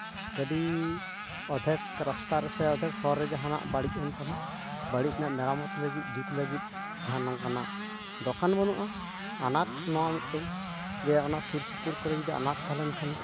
ᱜᱟᱹᱰᱤ ᱚᱫᱽᱫᱷᱮᱠ ᱨᱟᱥᱛᱟ ᱨᱮ ᱥᱮ ᱚᱫᱽᱫᱷᱮᱠ ᱦᱚᱨ ᱨᱮ ᱡᱟᱦᱟᱸᱱᱟᱜ ᱵᱟᱹᱲᱤᱡ ᱮᱱ ᱛᱟᱢᱟ ᱵᱟᱹᱲᱤᱡ ᱨᱮᱱᱟᱜ ᱢᱮᱨᱟᱢᱚᱛ ᱞᱟᱹᱜᱤᱫ ᱡᱩᱛ ᱞᱟᱹᱜᱤᱫ ᱡᱟᱦᱟᱸ ᱱᱚᱝᱠᱟᱱᱟᱜ ᱫᱚᱠᱟᱱ ᱵᱟᱹᱱᱩᱜᱼᱟ ᱟᱱᱟᱴ ᱱᱚᱣᱟ ᱢᱤᱫᱴᱮᱡ ᱡᱮ ᱚᱱᱟ ᱥᱩᱨ ᱥᱩᱯᱩᱨ ᱠᱚᱨᱮ ᱡᱩᱫᱤ ᱟᱱᱟᱴ ᱛᱟᱦᱮᱞᱮᱱ ᱠᱷᱟᱱ